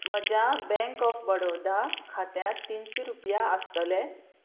म्हज्या bank of Baroda खात्यांत तिनशी रुपया आसतले